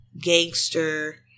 gangster